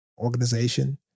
organization